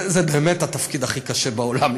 זה באמת התפקיד הכי קשה בעולם,